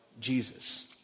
Jesus